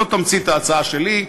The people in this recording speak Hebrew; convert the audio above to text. זאת תמצית ההצעה שלי.